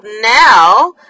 Now